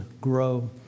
grow